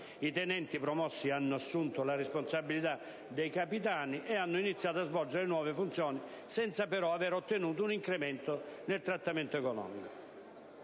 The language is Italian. I tenenti promossi hanno assunto la responsabilità dei capitani e hanno iniziato a svolgere le nuove funzioni senza però aver ottenuto un incremento nel trattamento economico.